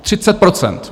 Třicet procent!